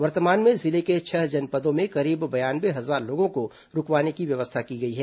वर्तमान में जिले के छह जनपदों में करीब बयानवे हजार लोगों को रूकवाने की व्यवस्था की गई है